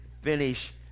finish